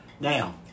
Now